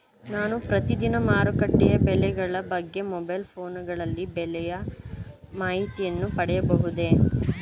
ನಾನು ಪ್ರತಿದಿನ ಮಾರುಕಟ್ಟೆಯ ಬೆಲೆಗಳ ಬಗ್ಗೆ ಮೊಬೈಲ್ ಫೋನ್ ಗಳಲ್ಲಿ ಬೆಲೆಯ ಮಾಹಿತಿಯನ್ನು ಪಡೆಯಬಹುದೇ?